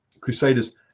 Crusaders